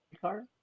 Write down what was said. car